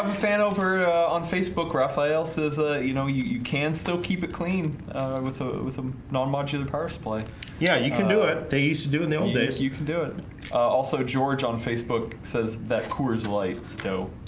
um fan over on facebook raphael says ah you know you can still keep it clean with ah um not much in the parse play yeah, you can do it they used to do in the old days you can do it it also george on facebook says that coors light though